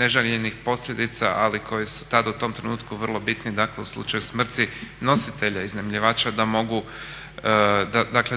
neželjenih posljedica, ali koje su tada u tom trenutku vrlo bitni, u slučaju smrti nositelja iznajmljivača